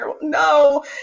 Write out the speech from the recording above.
no